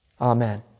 Amen